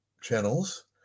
channels